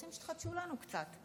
אתם תחדשו לנו קצת.